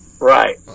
right